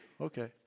Okay